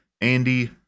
andy